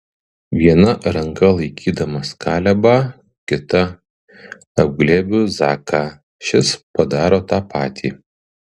viena ranka laikydamas kalebą kita apglėbiu zaką šis padaro tą patį